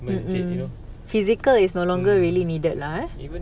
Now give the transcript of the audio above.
mm mm physical is no longer really needed lah ha